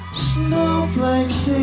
snowflakes